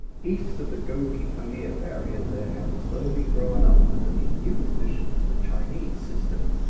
east of the gobi pamir barrier there has slowly grown up under these new conditions the chinese system.